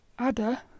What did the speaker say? Ada